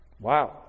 Wow